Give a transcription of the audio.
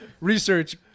research